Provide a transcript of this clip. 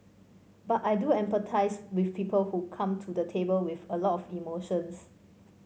but I do empathise with people who come to the table with a lot of emotions